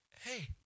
hey